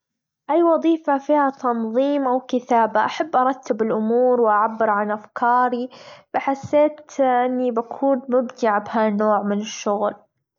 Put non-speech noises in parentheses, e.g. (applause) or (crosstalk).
(noise) أي وظيفة فيها تنظيم أو كثابة أحب أرتب الأمور وأعبر عن أفكاري فحسيت أني بكون ممتعة بهالنوع من الشغل.